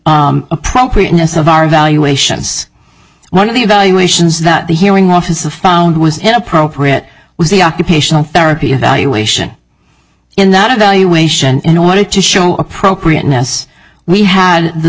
the appropriateness of our evaluations one of the evaluations that the hearing officer found was inappropriate was the occupational therapy evaluation in that evaluation in order to show appropriateness we had the